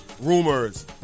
rumors